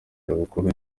abakuru